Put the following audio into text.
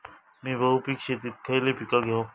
मी बहुपिक शेतीत खयली पीका घेव?